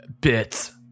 Bits